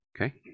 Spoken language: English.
Okay